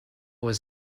was